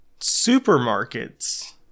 Supermarkets